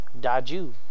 Daju